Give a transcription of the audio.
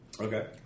Okay